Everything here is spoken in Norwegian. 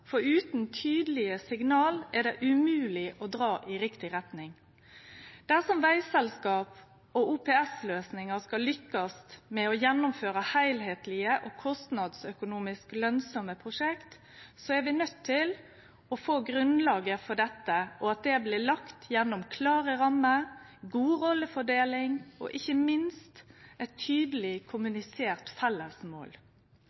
for utan tydelege signal er det umogleg å dra i riktig retning. Dersom vegselskap og OPS-løysingar skal kunne lykkast med å gjennomføre heilskaplege og kostnadsøkonomisk lønsame prosjekt, må grunnlaget for dette leggjast gjennom klare rammer, gode rollefordelingar og ikkje minst ved eit tydeleg kommunisert felles mål.